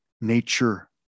nature